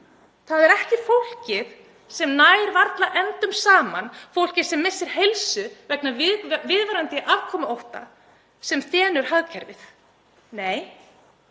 Það er ekki fólkið sem nær varla endum saman, fólkið sem missir heilsu vegna við viðvarandi afkomuótta sem þenur hagkerfið. Nei,